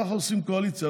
כך עושים בקואליציה,